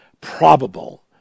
probable